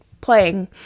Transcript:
playing